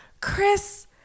Chris